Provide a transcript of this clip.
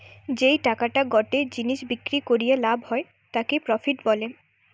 যেই টাকাটা গটে জিনিস বিক্রি করিয়া লাভ হয় তাকে প্রফিট বলে